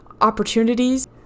opportunities